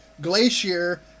Glacier